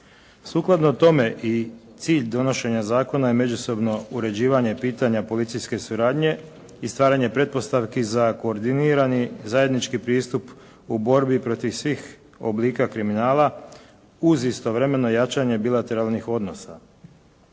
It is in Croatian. Sukladno tome i cilj donošenja zakona je međusobno uređivanje pitanja policijske suradnje i stvaranje pretpostavki za koordinirani zajednički pristup u borbi protiv svih oblika kriminala uz istovremeno jačanje bilateralnih odnosa.